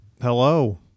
Hello